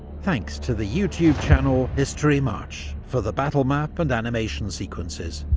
thanks to the youtube channel historymarche for the battlemap and animation sequences,